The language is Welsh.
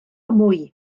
mwy